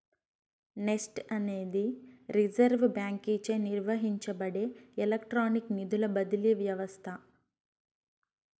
NEFT అనేది reserve బాంకీచే నిర్వహించబడే ఎలక్ట్రానిక్ నిధుల బదిలీ వ్యవస్త